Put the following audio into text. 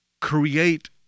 create